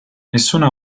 nessuna